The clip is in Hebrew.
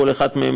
כל אחד מהם,